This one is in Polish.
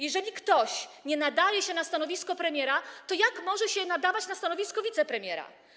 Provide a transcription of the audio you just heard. Jeżeli ktoś nie nadaje się na stanowisko premiera, to jak może się nadawać na stanowisko wicepremiera?